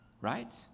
right